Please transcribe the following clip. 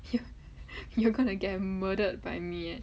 you are gonna get murdered by me eh